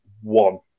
one